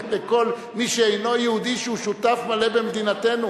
לכל מי שאינו יהודי שהוא שותף מלא במדינתנו.